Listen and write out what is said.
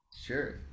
Sure